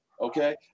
okay